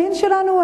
הדין שלנו,